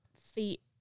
feet